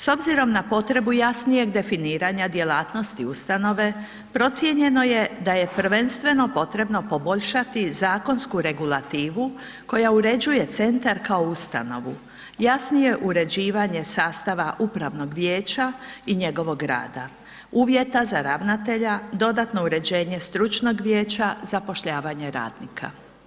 S obzirom na potrebu jasnijeg definiranja djelatnosti ustanove, procijenjeno je da je prvenstveno potrebno poboljšati zakonsku regulativu koja uređuje centar kao ustanovu, jasnije uređivanje sastava upravnog vijeća i njegovog rada, uvjeta za ravnatelja, dodatno uređenje stručnog vijeća, zapošljavanje radnika.